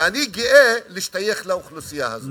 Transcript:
ואני גאה להשתייך לאוכלוסייה הזאת.